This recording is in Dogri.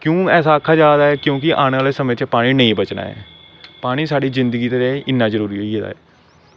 क्यों ऐसा आक्खा जा दा ऐ क्योंकि आने आह्ले टैम च पानी नेईं बचना पानी साढ़ी जिंदगी लेई इन्ना जरूरी होई गेदा ऐ